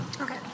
Okay